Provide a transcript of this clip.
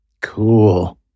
Cool